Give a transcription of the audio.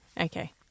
Okay